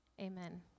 Amen